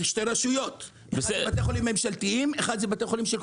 יש בית חולים ששילם קנס?